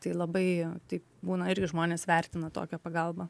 tai labai tai būna irgi žmonės vertina tokią pagalbą